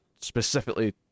specifically